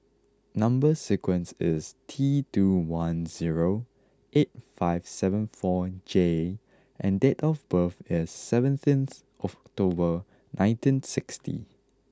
number sequence is T two one zero eight five seven four J and date of birth is seventeenth October nineteen sixty